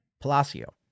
Palacio